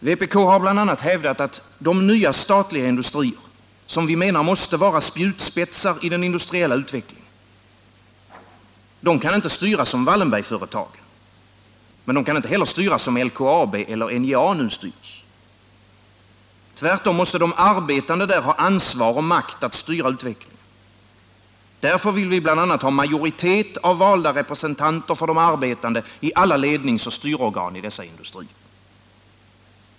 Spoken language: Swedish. Vpk har bl.a. hävdat att de nya statliga industrier som vi menar måste vara spjutspetsar i den industriella utvecklingen, de kan inte styras som Wallenbergsföretag, men de kan inte heller styras som LKAB eller NJA nu styrs. Tvärtom måste de arbetande där ha ansvar och makt att styra utvecklingen. Därför vill vi ha majoritet av valda representanter för de arbetande i alla ledningsoch styrorgan i dessa industrier.